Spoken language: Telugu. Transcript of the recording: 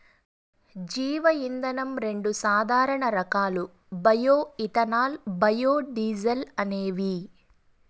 జీవ ఇంధనం రెండు సాధారణ రకాలు బయో ఇథనాల్, బయోడీజల్ అనేవి